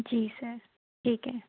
जी sir ठीक है